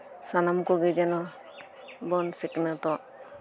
ᱥᱟᱱᱟᱢᱠᱚᱜᱮ ᱡᱮᱱᱚ ᱵᱚᱱ ᱥᱤᱠᱷᱱᱟᱹᱛᱚᱜ